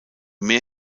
mehr